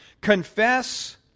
Confess